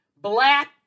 Black